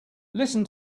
listen